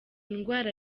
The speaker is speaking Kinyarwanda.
ndwara